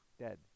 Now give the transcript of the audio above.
Dead